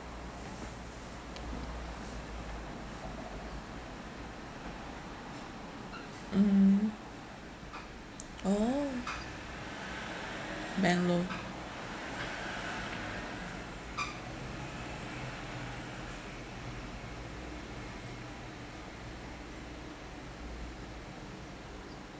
mm oh bank loan